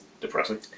Depressing